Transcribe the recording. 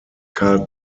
karl